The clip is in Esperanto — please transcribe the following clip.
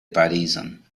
parizon